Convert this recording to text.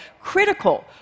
critical